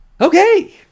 Okay